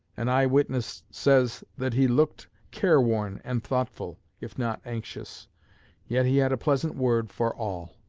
an eye-witness says that he looked careworn and thoughtful, if not anxious yet he had a pleasant word for all.